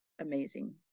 amazing